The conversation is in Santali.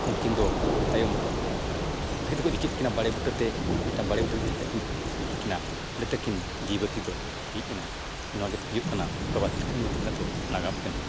ᱩᱱᱠᱤᱱ ᱫᱚ ᱛᱟᱭᱚᱢ ᱟᱹᱠᱤᱱ ᱫᱚᱠᱚ ᱤᱫᱤ ᱠᱮᱜ ᱠᱤᱱᱟ ᱵᱟᱲᱮ ᱵᱩᱴᱟᱹ ᱛᱮ ᱢᱤᱫᱴᱟᱱ ᱵᱟᱲᱮ ᱵᱩᱴᱟᱹ ᱤᱫᱤ ᱠᱟᱛᱮᱫ ᱟᱹᱠᱤᱱ ᱫᱚᱠᱚ ᱯᱟᱹᱥᱤ ᱜᱚᱡ ᱠᱮᱜ ᱠᱤᱱᱟ ᱢᱟᱱᱮ ᱛᱟᱹᱠᱤᱱ ᱡᱤᱣᱤ ᱵᱟᱹᱛᱤ ᱫᱚ ᱦᱮᱡ ᱮᱱᱟ ᱱᱚᱣᱟᱜᱮ ᱦᱩᱭᱩᱜ ᱠᱟᱱᱟ ᱵᱟᱵᱟ ᱛᱤᱞᱠᱟᱹ ᱢᱟᱹᱡᱷᱤ ᱛᱟᱹᱠᱤᱱᱟᱜ ᱫᱚ ᱱᱟᱜᱟᱢ ᱠᱟᱹᱦᱱᱤ